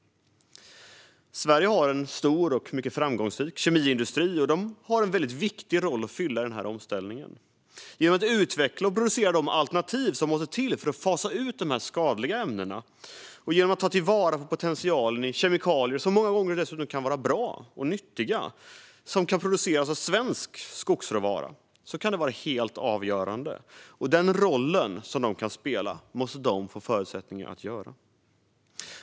Sverige har en stor och mycket framgångsrik kemiindustri. Den har en väldigt viktig roll att fylla i omställningen. Det kan vara helt avgörande att utveckla och producera de alternativ som måste till för att fasa ut de skadliga ämnena och att ta vara på potentialen i kemikalier som många gånger dessutom kan vara bra och produceras av svensk skogsråvara. Den måste få förutsättningar att spela den rollen.